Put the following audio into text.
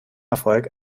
erfolg